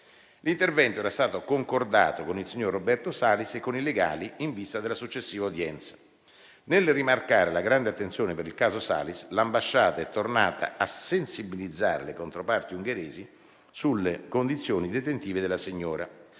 L'intervento era stato concordato con il signor Roberto Salis e con i legali in vista della successiva udienza. Nel rimarcare la grande attenzione per il caso Salis, l'ambasciata è tornata a sensibilizzare le controparti ungheresi sulle condizioni detentive della signora.